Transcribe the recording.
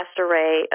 array